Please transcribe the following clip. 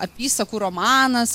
apysakų romanas